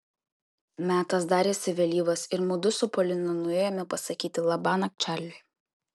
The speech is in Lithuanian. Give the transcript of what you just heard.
metas darėsi vėlyvas ir mudu su polina nuėjome pasakyti labanakt čarliui